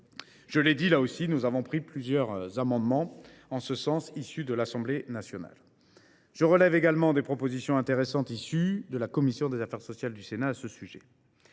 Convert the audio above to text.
Je l’ai dit, nous avons repris plusieurs amendements en ce sens qui étaient issus de l’Assemblée nationale. Je relève également des propositions intéressantes de la commission des affaires sociales du Sénat sur ce sujet.